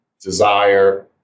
desire